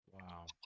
Wow